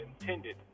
intended